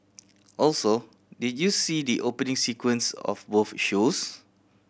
also did you see the opening sequence of both shows